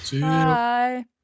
Bye